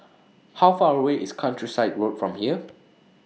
How Far away IS Countryside Road from here